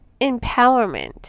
empowerment